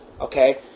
Okay